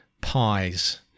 pies